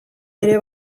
ere